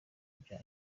bya